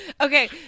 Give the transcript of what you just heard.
Okay